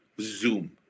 Zoom